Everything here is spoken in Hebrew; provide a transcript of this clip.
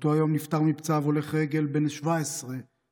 באותו היום נפטר מפצעיו הולך רגל בן 17 אשר